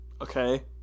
Okay